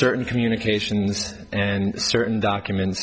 certain communications and certain documents